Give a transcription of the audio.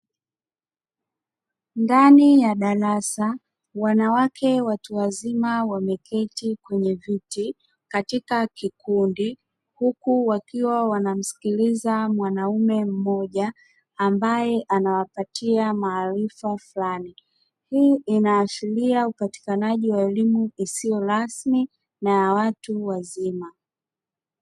Ndani ya darasa wanawake watu wazima wameketi kwenye viti katika kikundi huku wakiwa wanamsikiliza mwanaume mmoja ambaye ana wapatia maarifa fulani, hii ina ashiria upatikanaji wa elimu isiyo rasmi na ya watu wazima.